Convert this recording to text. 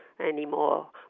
anymore